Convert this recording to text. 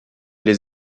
les